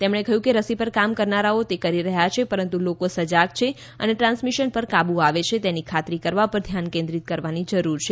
તેમણે કહ્યું કે રસી પર કામ કરનારાઓ તે કરી રહ્યા છે પરંતુ લોકો સજાગ છે અને ટ્રાન્સમિશન પર કાબ્ આવે છે તેની ખાતરી કરવા પર ધ્યાન કેન્દ્રિત કરવાની જરૂર છે